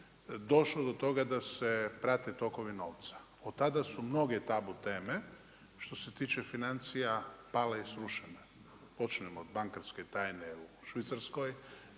došlo do toga da se prate tokovi novca. Od tada su mnoge tabu teme što se tiče financija pale i srušene počev od bankarske tajne u Švicarskoj